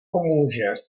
pomůže